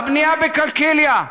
הבנייה בקלקיליה.